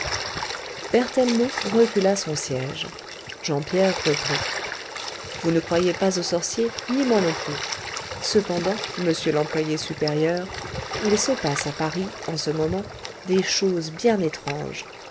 berthellemot recula son siège jean pierre reprit vous ne croyez pas aux sorciers ni moi non plus cependant monsieur l'employé supérieur il se passe à paris en ce moment des choses bien étranges